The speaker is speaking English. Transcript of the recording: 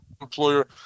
employer